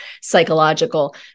psychological